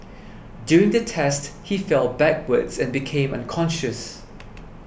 during the test he fell backwards and became unconscious